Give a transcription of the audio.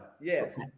yes